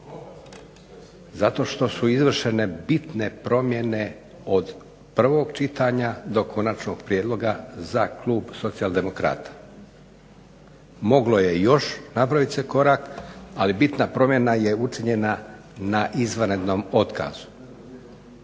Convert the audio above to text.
zato što su izvršene bitne promjene od prvog čitanja do konačnog prijedloga za klub Socijaldemokrata. Moglo je još napravit se korak, ali bitna promjena je učinjena na izvanrednom otkazu.